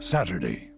Saturday